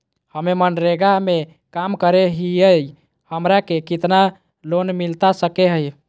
हमे मनरेगा में काम करे हियई, हमरा के कितना लोन मिलता सके हई?